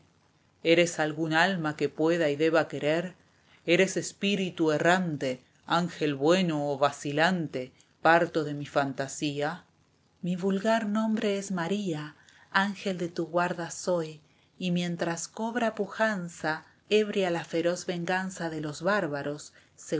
eres alguna alma que pueda deba querer eres espíritu errante ángel bueno o vacilante parto de mi fantasía mi vulgar nombre es maría ángel de tu guarda soy y mientras cobra pujanza ebria la feroz venganza de los bárbaros